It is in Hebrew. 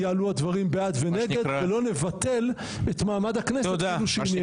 יעלו הדברים בעד ונגד ולא נבטל את מעמד הכנסת כאילו שהיא נעלמה.